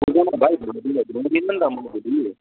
हुँदैन भाइ भोलि भ्याउँदिन नि त म फेरि